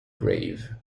grave